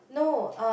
no uh